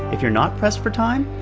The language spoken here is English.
if you're not pressed for time,